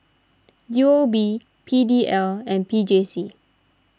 U O B P D L and P J C